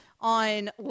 on